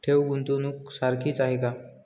ठेव, गुंतवणूक सारखीच आहे का?